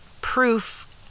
proof